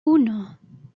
uno